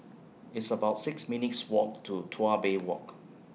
It's about six minutes' Walk to Tuas Bay Walk